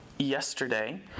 Yesterday